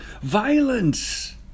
violence